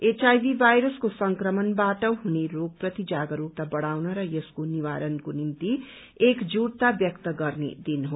एचआईमी भाइरसको संक्रमणबाट हुने रोगप्रति जागरूकता बढ़ाउन र यसको निवारणको निम्ति एकजुटता व्यक्त गर्ने दिन हो